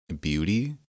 beauty